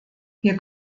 wir